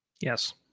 Yes